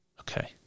Okay